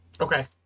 Okay